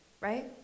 right